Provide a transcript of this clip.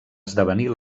esdevenir